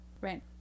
Right